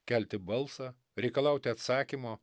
kelti balsą reikalauti atsakymo